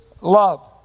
love